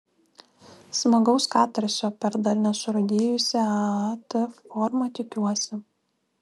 smagaus katarsio per dar nesurūdijusią aat formą tikiuosi